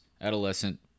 adolescent